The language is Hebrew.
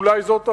אולי זאת הבעיה.